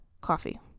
Coffee